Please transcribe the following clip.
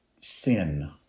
sin